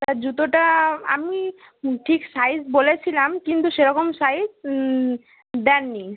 আর জুতোটা আমি ঠিক সাইজ বলেছিলাম কিন্তু সেরকম সাইজ দেন নি